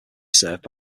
served